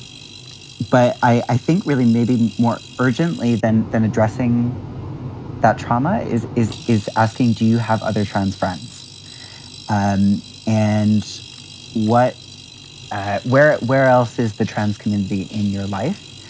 but i think really maybe more urgently than than addressing that trauma. is is is asking do you have other trans friends um and what where where else is the trans community in your life?